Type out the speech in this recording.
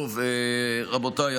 רבותיי,